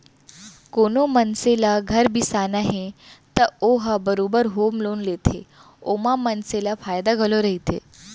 कोनो मनसे ल घर बिसाना हे त ओ ह बरोबर होम लोन लेथे ओमा मनसे ल फायदा घलौ रहिथे